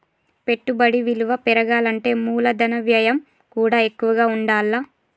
పెట్టుబడి విలువ పెరగాలంటే మూలధన వ్యయం కూడా ఎక్కువగా ఉండాల్ల